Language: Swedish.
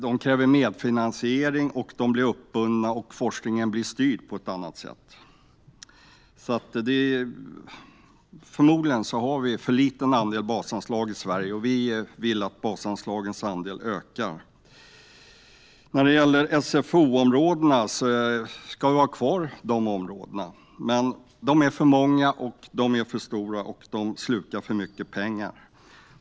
De kräver medfinansiering och blir uppbundna, och forskningen blir styrd på ett annat sätt. Förmodligen har vi alltså en för liten andel basanslag i Sverige, och vi vill att den ökar. När det gäller SFO-områdena ska vi ha kvar dem. Men de är för många, för stora och slukar för mycket pengar.